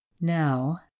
Now